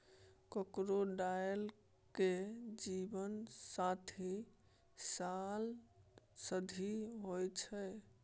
crocodile केर जीबन साठि साल धरि होइ छै